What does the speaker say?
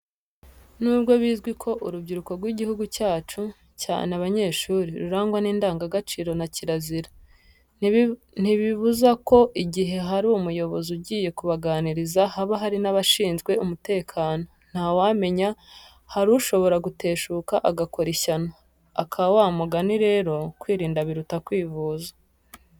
Nubwo bizwi ko urubyiruko rw'igihugu cyacu, cyane abanyeshuri, rurangwa n'indangagaciro na kirazira, ntibibuza ko igihe hari umuyobozi ugiye kubaganiriza haba hari n'abashinzwe umutekano, ntawamenya hari ushobora guteshuka agakora ishyano, aka wa mugani rero, kwirinda biruta kwivuza.